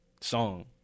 song